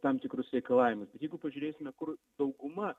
tam tikrus reikalavimus bet jeigu pažiūrėsime kur dauguma